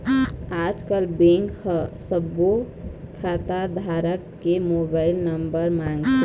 आजकल बेंक ह सब्बो खाता धारक के मोबाईल नंबर मांगथे